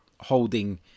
holding